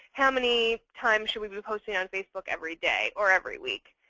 how many times should we be posting on facebook every day or every week?